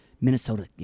Minnesota